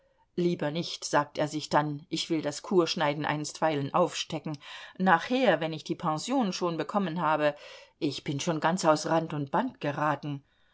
lieber nicht sagt er sich dann ich will das kurschneiden einstweilen aufstecken nachher wenn ich die pension schon bekommen habe ich bin schon ganz aus rand und band geraten